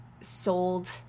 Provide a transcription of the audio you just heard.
sold